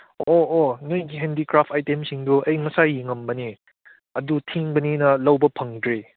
ꯑꯣ ꯑꯣ ꯅꯣꯏꯒꯤ ꯍꯦꯟꯗꯤꯀ꯭ꯔꯥꯐꯠ ꯑꯥꯏꯇꯦꯝꯁꯤꯡꯗꯨ ꯑꯩ ꯉꯁꯥꯏ ꯌꯦꯡꯉꯝꯕꯅꯦ ꯑꯗꯣ ꯊꯤꯡꯕꯅꯤꯅ ꯂꯧꯕ ꯐꯪꯗ꯭ꯔꯦ